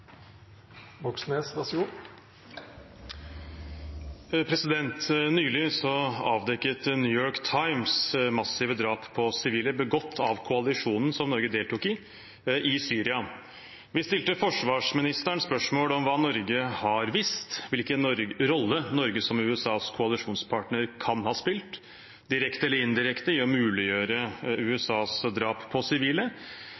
Nylig avdekket The New York Times massive drap på sivile, begått av koalisjonen som Norge deltok i, i Syria. Vi stilte forsvarsministeren spørsmål om hva Norge har visst, hvilken rolle Norge som USAs koalisjonspartner kan ha spilt, direkte eller indirekte, i å muliggjøre